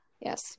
Yes